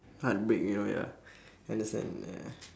heartbreak and all ya I understand ya